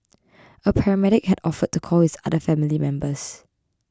a paramedic had offered to call his other family members